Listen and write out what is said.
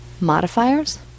Modifiers